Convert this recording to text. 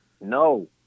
No